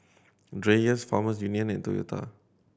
Dreyers Farmers Union and Toyota